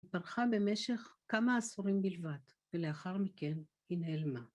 היא פרחה במשך כמה עשורים בלבד, ולאחר מכן היא נעלמה.